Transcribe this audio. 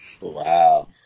Wow